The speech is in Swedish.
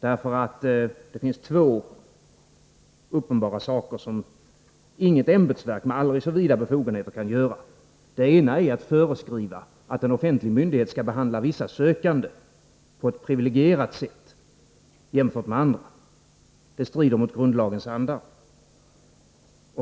Det finns nämligen två uppenbara saker som inte något ämbetsverk, med aldrig så vida befogenheter, kan göra. För det första kan en myndighet inte föreskriva att en offentlig myndighet skall behandla vissa sökande på ett privilegierat sätt jämfört med andra. Det strider mot grundlagens anda.